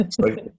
right